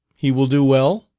he will do well?